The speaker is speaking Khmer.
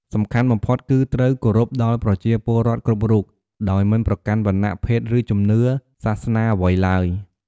សំខាន់បំផុត គឺត្រូវ គោរពដល់ប្រជាពលរដ្ឋគ្រប់រូប ដោយមិនប្រកាន់ វណ្ណៈ ភេទ ឬជំនឿ សាសនាអ្វីឡើយ។